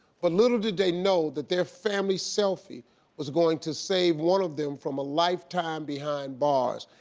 but little did they know, that their family selfie was going to save one of them from a lifetime behind bars.